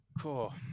Cool